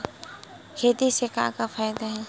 खेती से का का फ़ायदा हे?